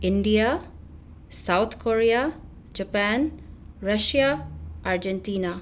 India South Korea Japan Russia Argentina